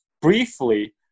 briefly